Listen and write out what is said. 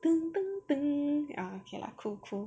(pbo) okay lah cool cool